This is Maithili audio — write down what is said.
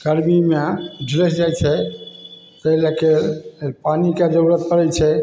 गरमीमे झुलसि जाइ छै ताहि लेके पानीके जरूरत पड़ै छै